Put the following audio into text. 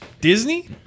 Disney